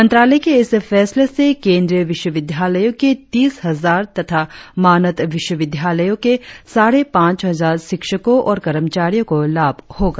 मंत्रालय के इस फैसले से केंद्रीय विश्वविद्यालयों के तीस हजार तथा मानद विश्वविद्यालयों के साढ़े पांच हजार शिक्षकों और कर्मचारियों को लाभ होगा